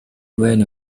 wine